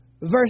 verse